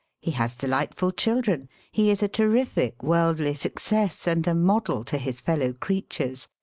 he has delightful children. he is a terrific worldly success, and a model to his fellow-creatures.